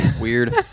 Weird